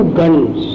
guns